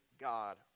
God